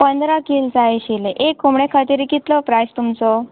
पंदरा किल जाय आशिल्लें एक कोंबडे खातीर कितलो प्रायस तुमचो